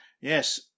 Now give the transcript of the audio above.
Yes